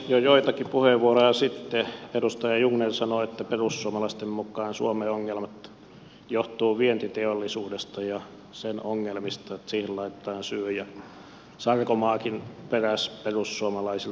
jo joitakin puheenvuoroja sitten edustaja jungner sanoi että perussuomalaisten mukaan suomen ongelmat johtuvat vientiteollisuudesta ja sen ongelmista että siihen laitetaan syy ja sarkomaakin peräsi perussuomalaisilta syitä